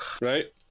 Right